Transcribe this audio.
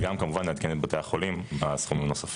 וגם כמובן, נעדכן את בתי החולים בסכומים הנוספים.